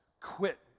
quit